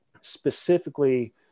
specifically